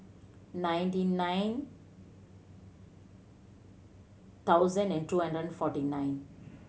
ninety nine thousand and two hundred and forty nine